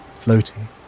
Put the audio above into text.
floating